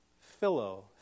Philo